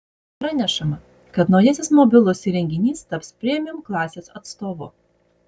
pranešama kad naujasis mobilus įrenginys taps premium klasės atstovu